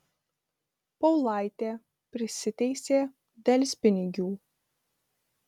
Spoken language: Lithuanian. paulaitė prisiteisė delspinigių